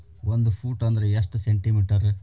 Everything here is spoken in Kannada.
ಒಂದು ಫೂಟ್ ಅಂದ್ರ ಎಷ್ಟು ಸೆಂಟಿ ಮೇಟರ್?